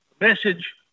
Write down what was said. message